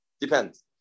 depends